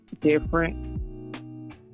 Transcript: different